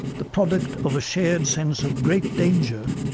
the product of a shared sense of great danger,